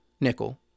nickel